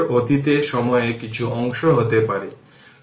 সুতরাং আমি আশা করি এই জিনিসগুলি বোধগম্য এবং বেশ সহজ